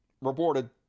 reported